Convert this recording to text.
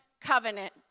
covenant